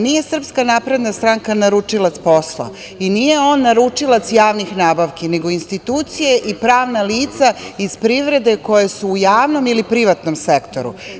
Nije SNS naručilac posla i nije on naručilac javnih nabavki, nego institucije i pravna lica iz privrede koje su u javnom ili privatnom sektoru.